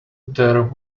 there